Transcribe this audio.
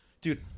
dude